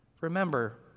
Remember